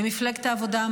ולמפלגת העבודה,